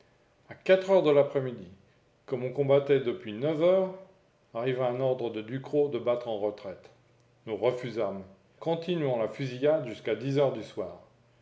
a quatre heures de l'après-midi comme on combattait depuis neuf heures arriva un ordre de ducrot de battre en retraite nous refusâmes continuant la fusillade jusqu'à dix heures du soir